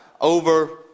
over